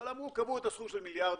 אבל קבעו את הסכום של מיליארד.